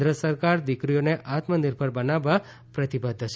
કેન્દ્ર સરકાર દિકરીઓને આત્મનિર્ભર બનાવવા પ્રતિબધ્ધ છે